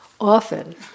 often